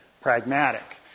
pragmatic